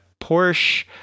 Porsche